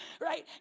right